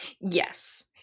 yes